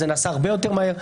זה נעשה הרבה יותר מהר,